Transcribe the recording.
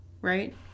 right